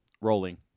Rolling